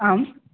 आम्